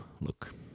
look